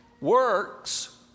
Works